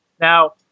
Now